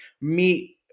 meet